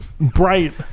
bright